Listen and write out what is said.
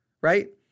right